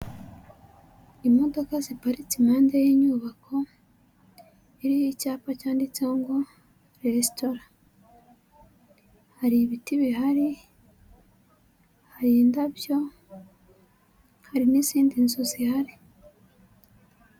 Imodoka ziparitse impande y'inyubako, iriho icyapa cyanditseho ngo" resitora" hari ibiti bihari, hari indabyo, hari n'izindi nzu zihari.